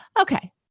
Okay